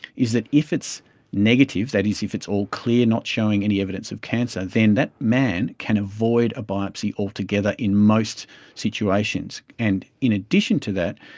is that if it's negative, that is if it's all clear, not showing any evidence of cancer, then that man can avoid a biopsy altogether in most situations. and in addition to that,